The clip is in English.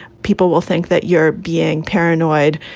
people will think that you're being paranoid,